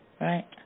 Right